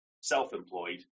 self-employed